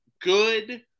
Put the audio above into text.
good